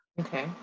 Okay